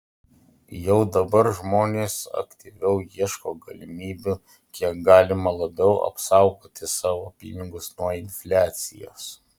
jau dabar žmonės aktyviau ieško galimybių kiek galima labiau apsaugoti savo pinigus nuo infliacijos